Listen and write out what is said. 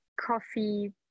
coffee